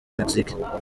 mexique